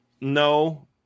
No